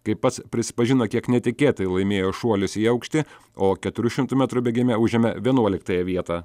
kaip pats prisipažino kiek netikėtai laimėjo šuolius į aukštį o keturių šimtų metrų bėgime užėmė vienuoliktąją vietą